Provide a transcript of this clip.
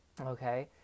Okay